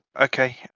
okay